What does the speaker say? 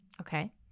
Okay